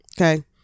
okay